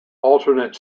alternate